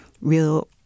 real